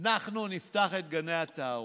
אנחנו נפתח את גני התערוכה.